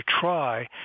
try